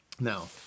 Now